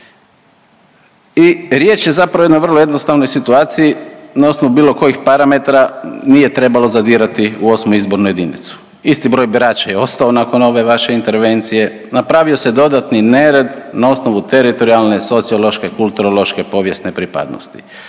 I riječ je zapravo o jednoj vrlo jednostavnoj situaciji na osnovu bilo kojih parametara nije trebalo zadirati u 8. izbornu jedinicu. Isti broj birača je ostao nakon ove vaše intervencije, napravio se dodatni nered na osnovu teritorijalne, socijološke, kulturološke, povijesne pripadnosti.